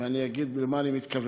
ואני אגיד למה אני מתכוון: